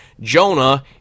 Jonah